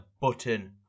button